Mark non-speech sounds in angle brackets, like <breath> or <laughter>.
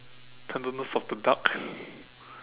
tenderness of the duck <breath>